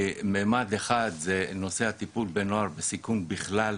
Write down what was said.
ממד אחד זה נושא הטיפול בנוער בסיכון בכלל,